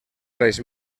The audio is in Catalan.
reis